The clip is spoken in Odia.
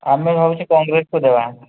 ଆମେ ଭାବୁଛେ କଂଗ୍ରେସକୁ ଦେବା